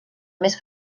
més